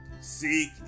Seek